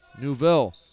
newville